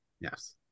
Yes